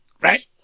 Right